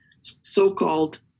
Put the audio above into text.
so-called